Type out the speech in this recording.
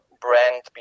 brand